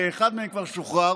שאחד מהם כבר שוחרר,